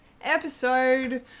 episode